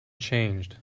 changed